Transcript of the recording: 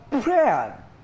prayer